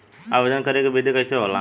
आवेदन करे के विधि कइसे होला?